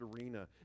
arena